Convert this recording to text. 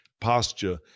posture